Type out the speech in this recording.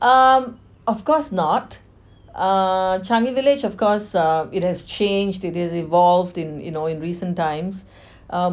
um of course not uh changi village of course err it has changed it has evolved in you know in recent times